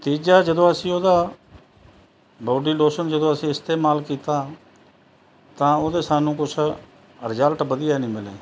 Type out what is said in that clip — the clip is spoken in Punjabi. ਤੀਜਾ ਜਦੋਂ ਅਸੀਂ ਉਹਦਾ ਬੋਡੀ ਲੋਸ਼ਨ ਜਦੋਂ ਅਸੀਂ ਇਸਤੇਮਾਲ ਕੀਤਾ ਤਾਂ ਉਹਦੇ ਸਾਨੂੰ ਕੁਛ ਰਿਜਲਟ ਵਧੀਆ ਨਹੀਂ ਮਿਲੇ